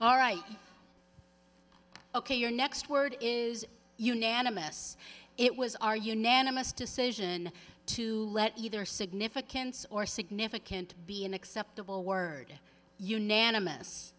all right ok your next word is unanimous it was our unanimous decision to let either significance or significant be an acceptable word unanimous